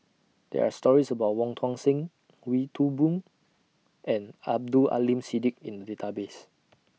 There Are stories about Wong Tuang Seng Wee Toon Boon and Abdul Aleem Siddique in The Database